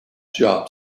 job